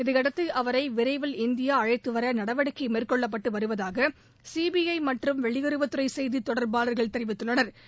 இதையடுத்து அவரை விரைவில் இந்தியா அழைத்துவர நடவடிக்கை மேற்கொள்ளப்பட்டு வருவதாக சிபிஐ மற்றும் வெளியுறவுத்துறை செய்தித்தொடா்பாளா்கள் தெரிவித்துள்ளனா்